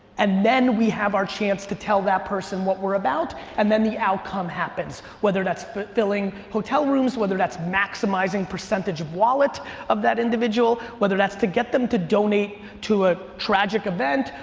and then we have our chance to tell that person what we're about, and then the outcome happens, whether that's filling hotel rooms, whether that's maximizing percentage of wallet of that individual, whether that's to get to them to donate to a tragic event,